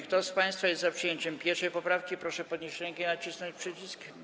Kto z państwa jest za przyjęciem 1. poprawki, proszę podnieść rękę i nacisnąć przycisk.